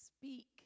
Speak